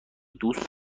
دوست